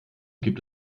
gibt